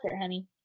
honey